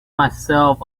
myself